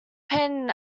painted